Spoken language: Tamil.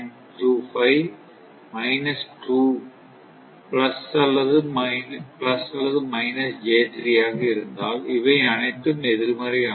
25 2 பிளஸ் அல்லது மைனஸ் j3 ஆக இருந்தால் இவை அனைத்தும் எதிர்மறை ஆனவை